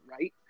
right